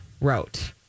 wrote